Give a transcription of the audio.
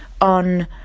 on